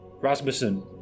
Rasmussen